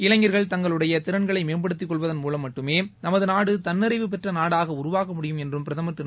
இளைஞா்கள் தங்களுடைய திறன்களை மேம்படுத்திக் கொள்வதள் மூவம் மட்டுமே நமது நாடு தன்னிறைவு பெற்ற நாடாக உருவாக முடியும் என்றும் பிரதமர் திரு